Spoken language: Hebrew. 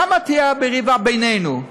למה תהיה המריבה בינינו?